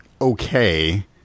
okay